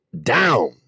down